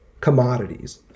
commodities